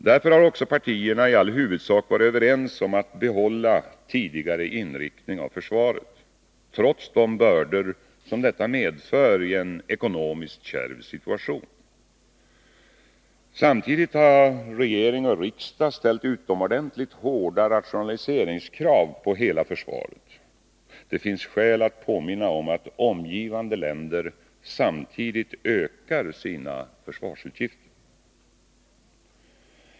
Därför har också partierna i all huvudsak varit överens om att behålla tidigare inriktning av försvaret, trots de bördor som detta medför i en ekonomiskt kärv situation. Samtidigt har regering och riksdag ställt utomordentligt hårda rationaliseringskrav på hela försvaret. Det finns skäl att påminna om att omgivande länder samtidigt ökar sina försvarsutgifter.